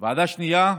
ועדה שנייה,